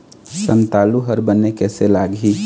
संतालु हर बने कैसे लागिही?